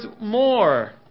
more